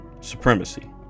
Supremacy